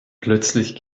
plötzlich